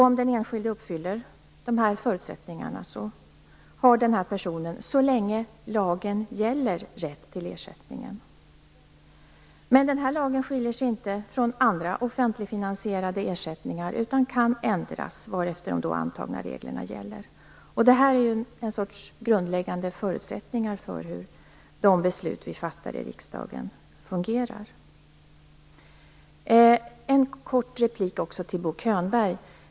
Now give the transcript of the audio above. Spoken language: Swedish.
Om den enskilde uppfyller de här förutsättningarna har den personen, så länge lagen gäller, rätt till ersättning. Men den här lagen skiljer sig inte från andra offentligfinansierade ersättningar. Den kan ändras, varefter de då antagna reglerna gäller. Detta är en sorts grundläggande förutsättningar för hur de beslut vi fattar i riksdagen fungerar. Jag har en kort replik också till Bo Könberg.